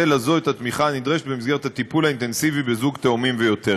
לזו את התמיכה הנדרשת במסגרת הטיפול האינטנסיבי בזוג תאומים ויותר.